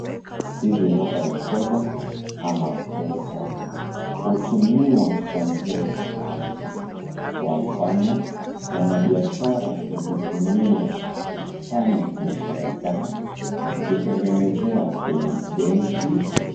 Hizi hapa ni fedha ama pesa . Hutumiwa kwa njia tofauti kwa mfano, wanabiashara huzitumia kufanya biashara zao. Hutengenezewa kwenye benki.